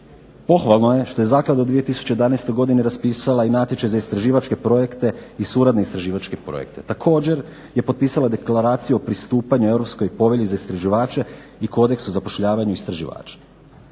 Pohvalno je što je Zaklada u 2011. godini raspisala i natječaj za istraživačke projekte i suradne istraživačke projekte. Također je potpisala Deklaraciju o pristupanju Europskoj povelji za istraživače i kodekse zapošljavanju istraživača.